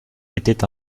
était